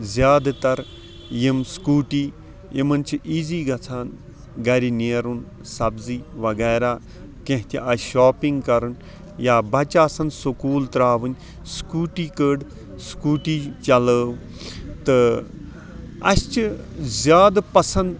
زیادٕ تر یِم سکوٗٹی یِمن چھِ ایٖزی گژھان گرِ نیرُن سَبزی وغیرہ کیٚنہہ تہِ آسہِ شاپِنگ کَرُن یا بَچہٕ آسن سکوٗل تراوٕنۍ سکوٗٹی کٔڑ سکوٗٹی چلٲوو تہٕ اَسہِ چھِ زیادٕ پَسند